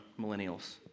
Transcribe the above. Millennials